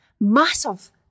Massive